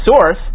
source